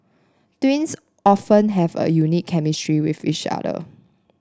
twins often have a unique chemistry with each other